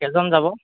কেইজন যাব